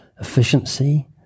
Efficiency